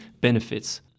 benefits